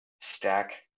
Stack